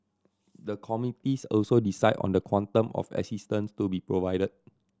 the committees also decide on the quantum of assistance to be provided